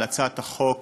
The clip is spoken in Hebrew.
על הצעת חוק